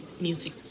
music